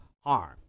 harm